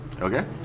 Okay